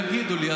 יגידו לי.